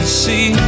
see